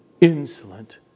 insolent